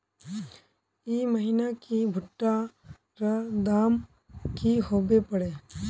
ई महीना की भुट्टा र दाम की होबे परे?